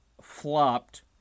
flopped